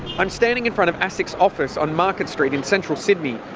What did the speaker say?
i'm standing in front of asic's office on market street, in central sydney.